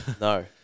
No